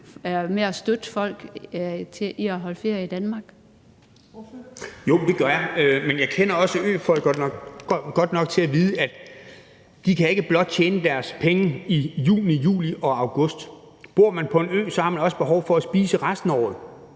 Kl. 18:55 Peter Juel-Jensen (V): Jo, det gør jeg, men jeg kender også øfolk godt nok til at vide, at de ikke blot kan tjene deres penge i juni, juli og august. Bor man på en ø, har man også behov for at spise resten af året.